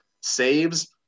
saves